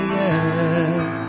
yes